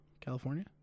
California